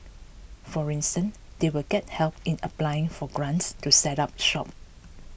for instance they will get help in applying for grants to set up shop